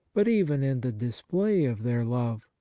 but even in the display of their love.